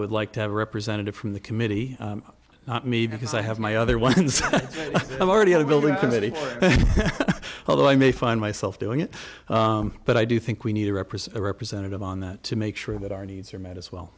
would like to have a representative from the committee not me because i have my other ones i'm already building committee although i may find myself doing it but i do think we need to represent our representative on that to make sure that our needs are met as well